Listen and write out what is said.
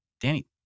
Danny